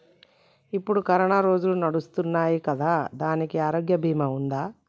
ఇప్పుడు కరోనా రోజులు నడుస్తున్నాయి కదా, దానికి ఆరోగ్య బీమా ఉందా?